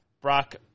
Brock